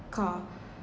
car